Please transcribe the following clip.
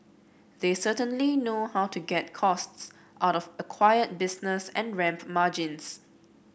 they certainly know how to get costs out of acquired business and ramp margins